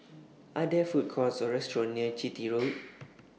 Are There Food Courts Or restaurants near Chitty Road